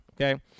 Okay